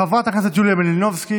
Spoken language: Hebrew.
חברת הכנסת יוליה מלינובסקי.